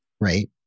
right